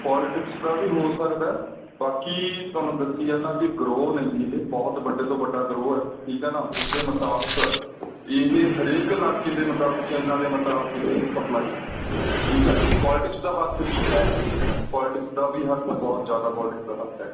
politics ਦਾ ਵੀ ਹੋ ਸਕਦਾ ਬਾਕੀ ਤੁਹਾਨੂੰ ਦੱਸੀ ਜਾਂਦਾ ਵੀ ਗਰੋਹ ਨੇ ਜੀ ਇਹ ਬਹੁਤ ਵੱਡੇ ਤੋਂ ਵੱਡਾ ਗਰੋਹ ਹੈ ਠੀਕ ਹੈ ਨਾ ਉਸ ਦੇ ਮੁਤਾਬਕ ਇਹ ਹਰੇਕ ਇਲਾਕੇ ਦੇ ਮੁਤਾਬਕ ਚੇਨਾਂ ਦੇ ਮੁਤਾਬਕ ਇਹ ਸਪਲਾਈ ਹੁੰਦਾ ਠੀਕ ਹੈ ਪੋਲੀਟਿਕਸ ਦਾ ਹੱਥ ਵੀ ਹੈ ਪੋਲੀਟਿਕਸ ਦਾ ਵੀ ਹੱਥ ਹੈ ਬਹੁਤ ਜ਼ਿਆਦਾ ਪੋਲੀਟਿਕਸ ਦਾ ਹੱਥ ਹੈ